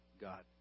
God